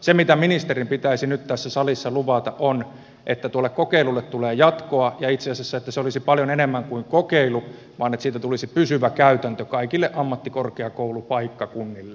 se mitä ministerin pitäisi nyt tässä salissa luvata on että tuolle kokeilulle tulee jatkoa ja itse asiassa että se olisi paljon enemmän kuin kokeilu että siitä tulisi pysyvä käytäntö kaikille ammattikorkeakoulupaikkakunnille